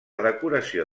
decoració